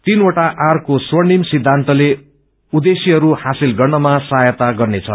तीनवटा आरको स्वर्णिम सिद्धान्तले उद्देश्यहरू हासिल गर्नमा सहायता गर्नेछ